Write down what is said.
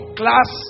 class